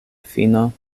fino